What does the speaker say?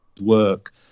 work